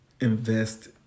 invest